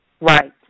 Right